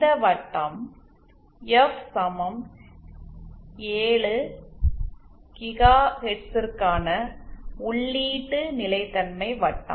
இந்த வட்டம் எஃப் 7 கிகாஹெர்ட்ஸிற்கான உள்ளீட்டு நிலைத்தன்மை வட்டம்